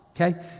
okay